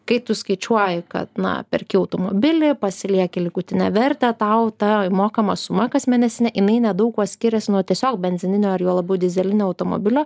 kai tu skaičiuoji kad na perki automobilį pasilieki likutinę vertę tau tau įmokama suma kasmėnesinė jinai nedaug kuo skiriasi nuo tiesiog benzininio ar juo labiau dyzelinio automobilio